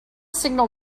signal